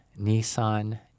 Nissan